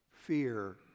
fear